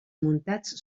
muntats